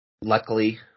luckily